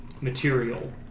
material